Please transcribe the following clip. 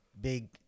big